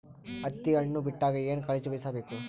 ಹತ್ತಿ ಹಣ್ಣು ಬಿಟ್ಟಾಗ ಏನ ಕಾಳಜಿ ವಹಿಸ ಬೇಕು?